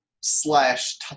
slash